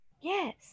Yes